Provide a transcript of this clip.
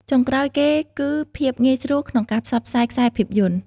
ចុងក្រោយគេគឺ ភាពងាយស្រួលក្នុងការផ្សព្វផ្សាយខ្សែភាពយន្ត។